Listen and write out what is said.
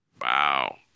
Wow